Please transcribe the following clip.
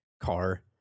car